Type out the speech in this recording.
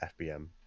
FBM